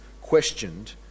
questioned